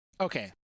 Okay